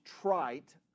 trite